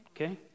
okay